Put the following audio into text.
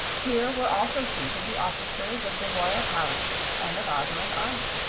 here were also seated the officers of the royal palace and of ozma's army.